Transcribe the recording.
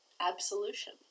Absolution